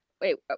Wait